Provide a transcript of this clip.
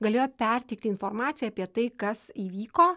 galėjo perteikti informaciją apie tai kas įvyko